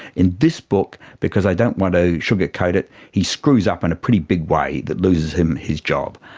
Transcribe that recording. in this book, because i don't want to sugarcoat it, he screws up in a pretty big way that loses him his job.